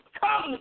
come